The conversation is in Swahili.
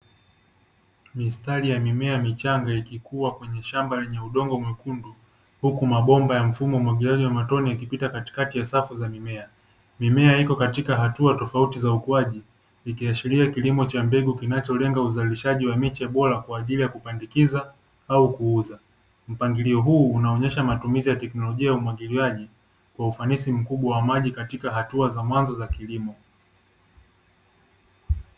Mistari ya mimea michanga ikikuwa kwenye udongo mwekundu, huku mabomba ya mfumo wa umwaguiliaji wa matone yakipita katikati ya safu za mimea. Mimea ipo katika hatua tofauti za ukuaji, ikiashiria kilimo cha mbegu kinacholenga uzalishaji wa miche bora kwa ajili ya kupandikiiza au kuuza, mpangilio huu unaonyesha matumizi ya teknolojia ya umwagiliaji kwa ufanisi mkubwa wa maji katika hatua za mwanzo za kilimo.